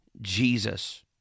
Jesus